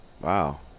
Wow